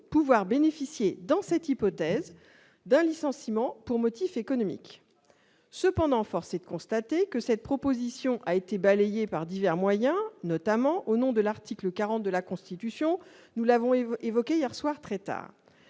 pouvoir bénéficier, dans cette hypothèse, d'un licenciement pour motif économique. Cependant, force est de constater que cette proposition a été balayée par divers moyens, notamment au nom de l'article 40 de la Constitution. Nous l'avons évoqué hier soir très tard.